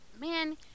man